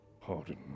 pardon